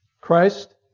Christ